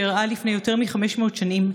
שאירעה לפני למעלה מ-500 שנים,